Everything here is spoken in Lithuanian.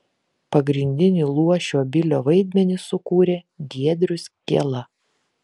pagrindinį luošio bilio vaidmenį sukūrė giedrius kiela